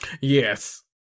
Yes